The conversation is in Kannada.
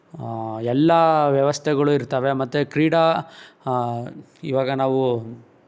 ಎಲ್ಲ ವ್ಯವಸ್ಥೆಗಳು ಇರ್ತವೆ ಮತ್ತು ಕ್ರೀಡಾ ಇವಾಗ ನಾವು